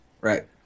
Right